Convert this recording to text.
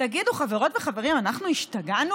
תגידו, חברות וחברים, אנחנו השתגענו?